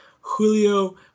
Julio